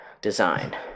design